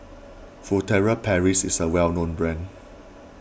Furtere Paris is a well known brand